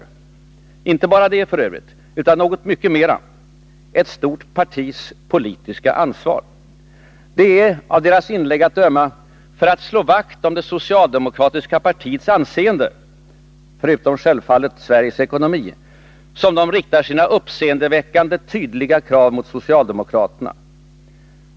Men inte bara det f. ö. utan något mycket mera: ett stort partis politiska ansvar. Det är av deras inlägg att döma för att slå vakt om det socialdemokratiska partiets anseende — förutom självfallet Sveriges ekonomi — som de riktar sina uppseendeväckande tydliga krav mot socialdemokraterna.